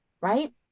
right